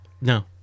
No